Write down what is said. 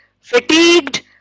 fatigued